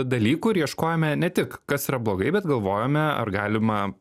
dalykų ir ieškojome ne tik kas yra blogai bet galvojome ar galima